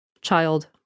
child